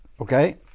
okay